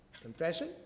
confession